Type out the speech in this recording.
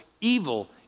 evil